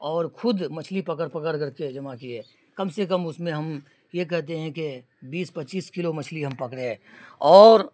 اور خود مچھلی پکڑ پکڑ کر کے جمع کیے کم سے کم اس میں ہم یہ کہتے ہیں کہ بیس پچیس کلو مچھلی ہم پکڑے اور